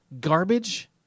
Garbage